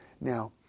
now